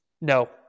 No